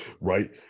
right